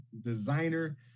designer